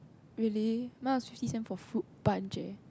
really mine also fifty cent for fruit punch eh